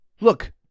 look